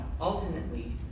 ultimately